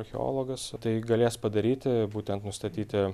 archeologas tai galės padaryti būtent nustatyti